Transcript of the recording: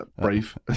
brave